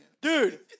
Dude